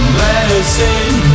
Blessing